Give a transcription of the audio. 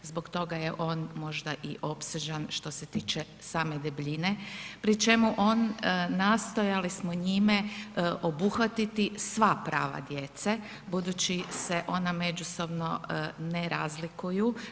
Zbog toga je on možda i opsežan, što se tiče same debljine, pri čemu on, nastojali smo njime obuhvatiti sva prava djece budući se ona međusobno ne razlikuju.